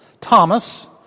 Thomas